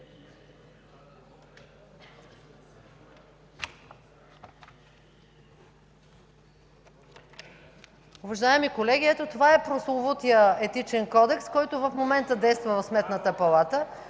Уважаеми колеги, ето това е прословутият Етичен кодекс, който в момента действа в Сметната палата.